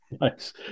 Nice